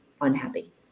unhappy